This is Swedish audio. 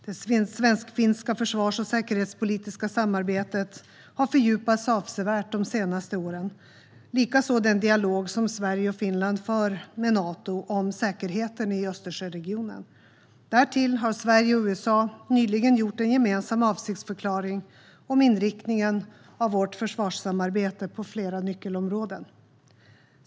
Det svensk-finska försvars och säkerhetspolitiska samarbetet har fördjupats avsevärt under de senaste åren, likaså den dialog som Sverige och Finland för med Nato om säkerheten i Östersjöregionen. Därtill har Sverige och USA nyligen gjort en gemensam avsiktsförklaring om inriktningen av vårt försvarssamarbete på flera nyckelområden.